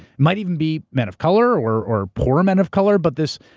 might even be men of color, or or poor men of color, but this.